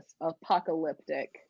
apocalyptic